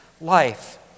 life